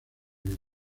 vivo